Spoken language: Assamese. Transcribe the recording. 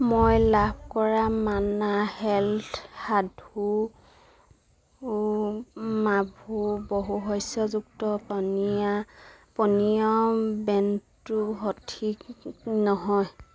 মই লাভ কৰা মান্না হেল্থ সাধু মাভু বহু শস্যযুক্ত পনীয়া পানীয়ৰ ব্ৰেণ্ডটো সঠিক নহয়